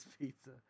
Pizza